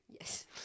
Yes